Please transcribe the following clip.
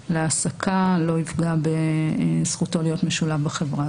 אדם להעסקה ובזכותו להיות משולב בחברה.